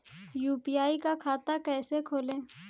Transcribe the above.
UPI का खाता कैसे खोलें?